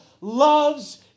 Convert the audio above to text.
loves